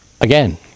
Again